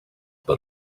but